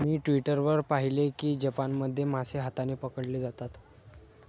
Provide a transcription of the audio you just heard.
मी Twitter वर पाहिले की जपानमध्ये मासे हाताने पकडले जातात